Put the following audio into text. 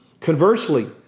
Conversely